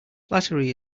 flattery